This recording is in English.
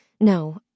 no